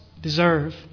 deserve